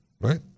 right